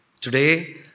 Today